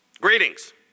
greetings